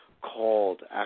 called